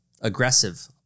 aggressive